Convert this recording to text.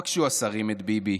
פגשו השרים את ביבי.